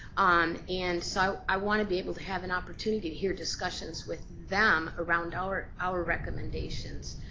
um and so i want to be able to have an opportunity to hear discussions with them around our our recommendations.